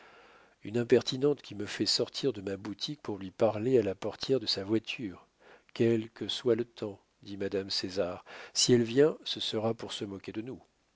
une impertinente qui me fait sortir de ma boutique pour lui parler à la portière de sa voiture quel que soit le temps dit madame césar si elle vient ce sera pour se moquer de nous